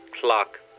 Clock